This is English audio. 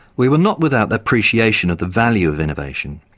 we were not without appreciation of the value of innovation.